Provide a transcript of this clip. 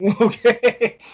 Okay